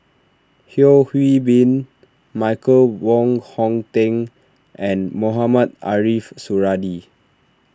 Yeo Hwee Bin Michael Wong Hong Teng and Mohamed Ariff Suradi